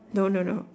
no no no